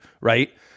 Right